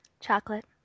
Chocolate